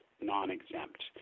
non-exempt